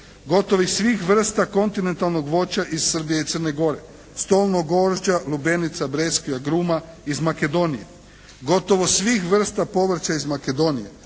gotovo svih vrsta kontinentalnog voća iz Srbije i Crne Gore, stolnog grožđa, lubenica, breskvi, agruma iz Makedonije, gotovo svih vrsta povrća iz Makedonije,